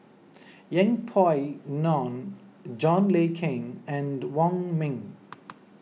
Yeng Pway Ngon John Le Cain and Wong Ming